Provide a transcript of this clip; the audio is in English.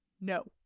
No